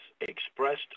expressed